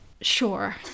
Sure